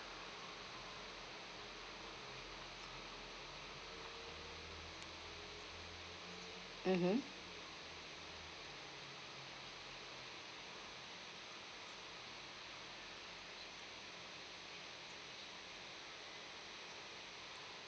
mmhmm